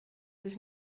sich